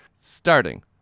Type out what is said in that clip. Starting